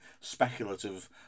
speculative